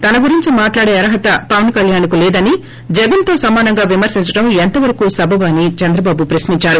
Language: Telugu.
తన గురించి మాడ్లాడే అర్హత పవన్ కల్యాణ్ కు లేదని జగన్ తో సమానంగా విమర్పించడం ఎంతవరకు సభబు అని చంద్రబాబు ప్రశ్ని ంచారు